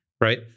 right